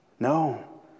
No